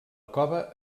cova